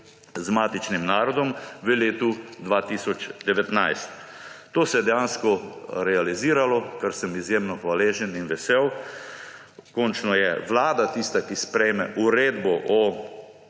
z matičnim narodom v letu 2019. To se je dejansko realiziralo, za kar sem izjemno hvaležen in vesel. Končno je Vlada tista, ki sprejme Uredbo o